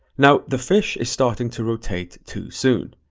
now, the fish is starting to rotate too soon.